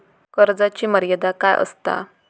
कर्जाची मर्यादा काय असता?